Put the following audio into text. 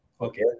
Okay